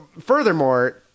Furthermore